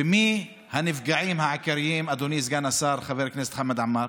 ומי הנפגעים העיקריים, חבר הכנסת חמד עמאר